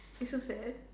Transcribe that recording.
it's so sad